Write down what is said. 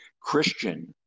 Christian